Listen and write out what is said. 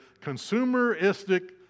consumeristic